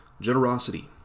generosity